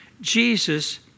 Jesus